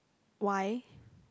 why